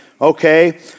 okay